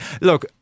Look